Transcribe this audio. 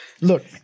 look